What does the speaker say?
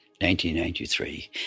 1993